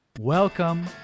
Welcome